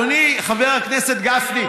אדוני חבר הכנסת גפני,